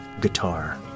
Guitar